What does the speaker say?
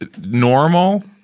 normal